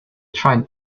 tried